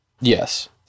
Yes